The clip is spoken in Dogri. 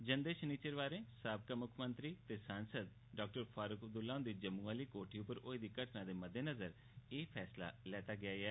जंदे शनिवारें साबका मुक्खमंत्री ते सांसद डाक्टर फारूक अब्दुल्ला हुंदी जम्मू आह्ली कोठी पर होई दी घटना दे मद्देनज़र एह् फैसला लैता गेआ ऐ